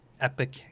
Epic